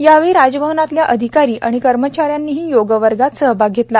यावेळी राजभवनातल्या अधिकारी आणि कर्मचाऱ्यांनीही योगवर्गात सहभाग घेतला